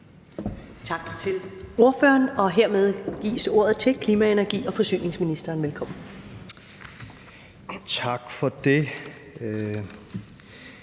Tak til ordføreren. Hermed gives ordet til klima-, energi- og forsyningsministeren. Velkommen. Kl.